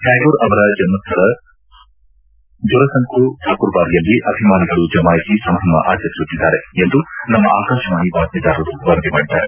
ಠ್ಯಾಗೂರ್ ಅವರ ಜನ್ಹ್ವಳ ಜೊರಸಂಕೊ ಥಾಕೂರ್ಬಾರಿಯಲ್ಲಿ ಅಭಿಮಾನಿಗಳು ಜಮಾಯಿಸಿ ಸಂಭ್ರಮ ಆಚರಿಸುತ್ತಿದ್ದಾರೆ ಎಂದು ನಮ್ಮ ಆಕಾಶವಾಣಿ ಬಾತ್ಮೀದಾರರು ವರದಿ ಮಾಡಿದ್ದಾರೆ